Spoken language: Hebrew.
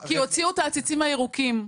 כי הוציאו את העציצים הירוקים'.